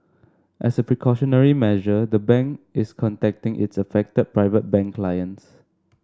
as a precautionary measure the bank is contacting its affected Private Bank clients